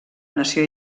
nació